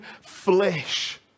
flesh